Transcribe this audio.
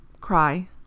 cry